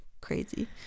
crazy